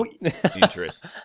interest